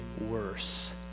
worse